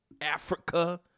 Africa